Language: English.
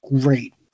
great